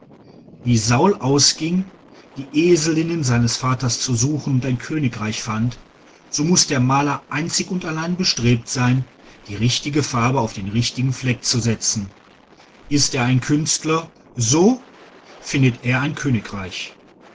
wie saul ausging die eselinnen seines vaters zu suchen und ein königreich fand so muß der maler einzig und allein bestrebt sein die richtige farbe auf den richtigen fleck zu setzen ist er ein künstler so findet er ein königreich